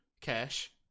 Cash